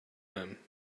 them